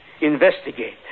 investigate